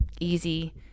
easy